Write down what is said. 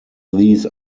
these